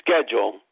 schedule